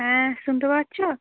হ্যাঁ শুনতে পারছো